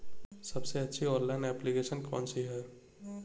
सबसे अच्छी online application कौन सी है?